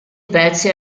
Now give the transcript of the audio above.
pezzi